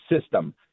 system